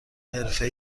حرفه